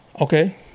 Okay